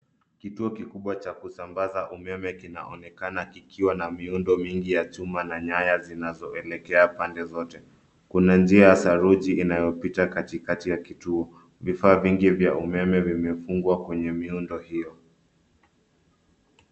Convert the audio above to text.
Kituo kikubwa cha kusambaza umeme kinaonekana kikiwa na miundo mingi ya chuma na nyaya zinazoelekea pande zote. Kuna njia ya saruji inayopita katikati ya kituo. Vifaa vingi vya umeme vimefungwa kwenye miundo hiyo.